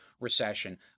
recession